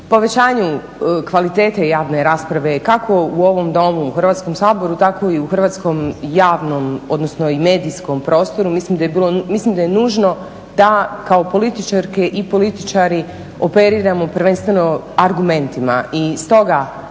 povećanju kvalitete javne rasprave kako u ovom Domu, u Hrvatskom saboru tako i u hrvatskom javnom, odnosno i medijskom prostoru. Mislim da je nužno da kao političarke i političari operiramo prvenstveno argumentima. I stoga